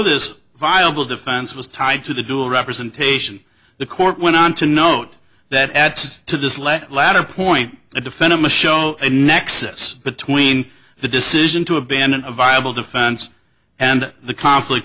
this viable defense was tied to the dual representation the court went on to note that add to this let latter point to defend him a show a nexus between the decision to abandon a viable defense and the conflict